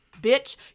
bitch